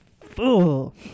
fool